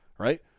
Right